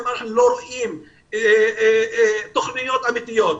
אם אנחנו לא רואים תוכניות אמיתיות,